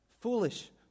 Foolish